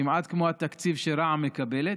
כמעט כמו התקציב שרע"מ מקבלת,